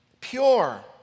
pure